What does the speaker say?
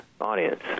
audience